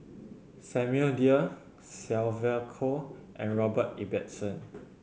Samuel Dyer Sylvia Kho and Robert Ibbetson